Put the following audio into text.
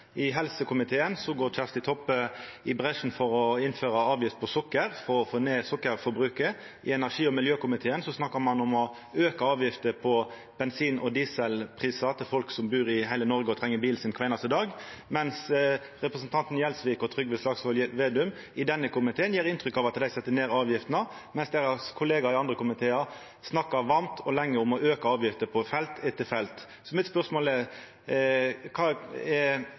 I helsekomiteen går representanten Kjersti Toppe i bresjen for å innføra avgift på sukker for å få ned sukkerforbruket. I energi- og miljøkomiteen snakkar ein om å auka avgiftene på bensin og diesel for folk som bur i Noreg og treng bilen sin kvar einaste dag, mens representantane Gjelsvik og Trygve Slagsvold Vedum i denne komiteen gjev inntrykk av at dei set ned avgiftene, mens kollegaene deira i andre komitear snakkar varmt og lenge om å auka avgiftene på felt etter felt. Mitt spørsmål er: Kva er